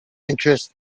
interest